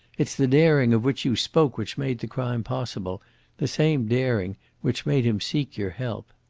it's the daring of which you spoke which made the crime possible the same daring which made him seek your help.